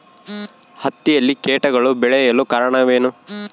ಹತ್ತಿಯಲ್ಲಿ ಕೇಟಗಳು ಬೇಳಲು ಕಾರಣವೇನು?